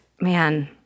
man